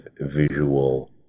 visual